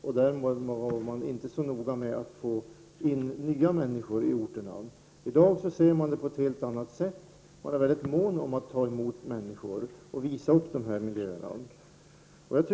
Därmed var man inte så noga med att få in nya människor i orterna. I dag ser man på ett helt annat sätt; man är mycket mån om att ta emot människor och visa upp de här miljöerna.